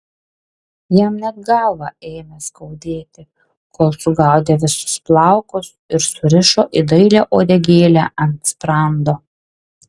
jam net galvą ėmė skaudėti kol sugaudė visus plaukus ir surišo į dailią uodegėlę ant sprando